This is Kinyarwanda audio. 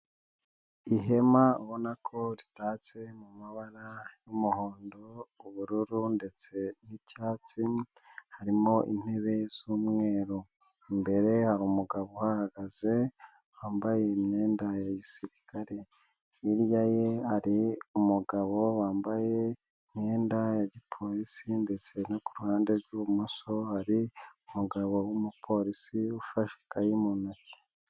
Ihema ubona ko ritatse mu mabara y'umuhondo, ubururu, ndetse n'icyatsi harimo intebe z'umweru, imbere hariru umugabo uhagaze wambaye imyenda ya gisirikare, hirya ye ari umugabo wambaye imyenda ya gipolisi ndetse no kuruhande rw'ibumoso hari umugabo w'umupolisi ufashe ikayi mu ntoki.